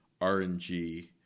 RNG